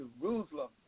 Jerusalem